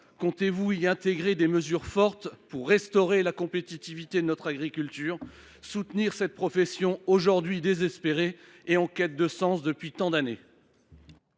Comptez vous y intégrer des mesures fortes pour restaurer la compétitivité de notre agriculture et soutenir cette profession aujourd’hui désespérée, et en quête de sens depuis tant d’années ?